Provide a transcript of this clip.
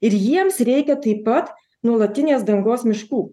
ir jiems reikia taip pat nuolatinės dangos miškų